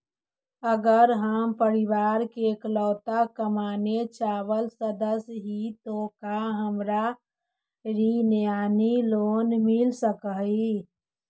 अगर हम परिवार के इकलौता कमाने चावल सदस्य ही तो का हमरा ऋण यानी लोन मिल सक हई?